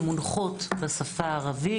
מונחות בשפה הערבית.